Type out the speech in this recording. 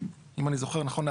אם אני זוכר נכון,